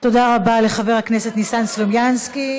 תודה רבה לחבר הכנסת ניסן סלומינסקי.